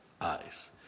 eyes